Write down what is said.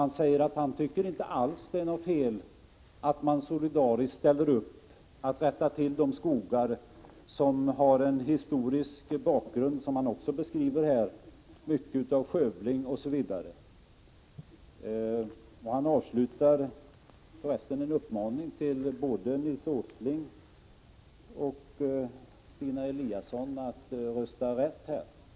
Han säger att han inte alls tycker att det är fel att man solidariskt ställer upp för att rätta till situationen i fråga om de skogar som har en historisk bakgrund — den beskriver han också — av skövling o. d. Han avslutar för resten med en uppmaning till både Nils G. Åsling och Stina Eliasson att rösta rätt här.